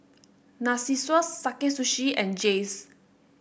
Narcissus Sakae Sushi and Jays